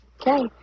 okay